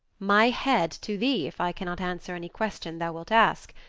my head to thee if i cannot answer any question thou wilt ask.